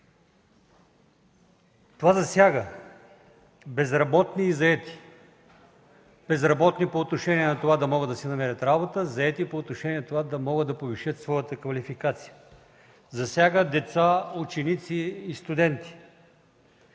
Това засяга безработни и заети: безработни – по отношение на това да могат да си намерят работа, заети – по отношение на това да могат да повишат своята квалификация; засяга деца, ученици и студенти;